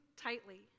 tightly